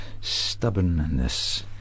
stubbornness